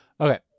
Okay